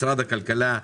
משרד הכלכלה,